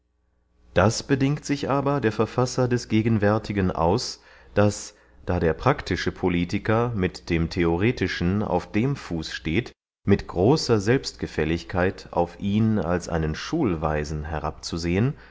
das bedingt sich aber der verfasser des gegenwärtigen aus daß da der praktische politiker mit dem theoretischen auf dem fuß steht mit großer selbstgefälligkeit auf ihn als einen schulweisen herabzusehen